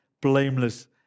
blameless